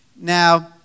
Now